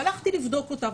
והלכתי לבדוק אותה.